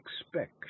expect